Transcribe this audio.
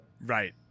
right